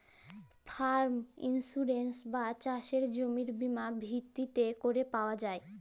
farm insurance বা চাসের জমির বীমা জমিতে ভিত্তি ক্যরে পাওয়া যায়